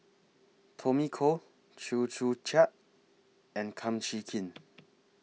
Tommy Koh Chew Joo Chiat and Kum Chee Kin